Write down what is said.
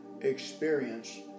experience